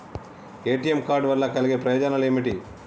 ATM card వల్ల కలిగే ప్రయోజనాలు ఏమిటి?